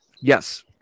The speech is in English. Yes